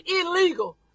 illegal